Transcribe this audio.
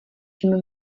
čím